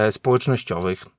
społecznościowych